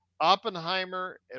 Oppenheimer